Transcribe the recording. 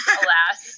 alas